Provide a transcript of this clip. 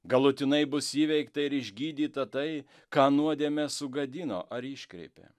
galutinai bus įveikta ir išgydyta tai ką nuodėmė sugadino ar iškreipė